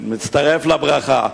מצטרף לברכה.